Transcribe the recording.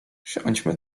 usiądźmy